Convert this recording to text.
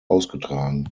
ausgetragen